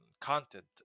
content